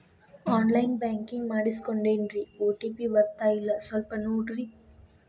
on line banking ಮಾಡಿಸ್ಕೊಂಡೇನ್ರಿ OTP ಬರ್ತಾಯಿಲ್ಲ ಸ್ವಲ್ಪ ನೋಡ್ರಿ